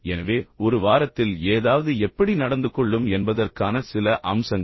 எனவே ஒரு வாரத்தில் ஏதாவது எப்படி நடந்துகொள்ளும் என்பதற்கான சில அம்சங்கள்